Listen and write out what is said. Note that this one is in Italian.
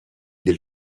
del